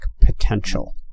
potential